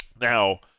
Now